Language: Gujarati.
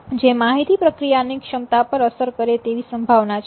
જે માહિતી પ્રક્રિયા ની ક્ષમતા પર અસર કરે તેવી સંભાવના છે